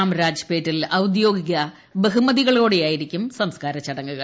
ചാംരാജ്പേട്ടിൽ ഔദ്യോഗിക ബഹുമതികളോടെയായിരിക്കും സംസ്ക്കാര ചടങ്ങുകൾ